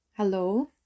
Hello